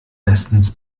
bestens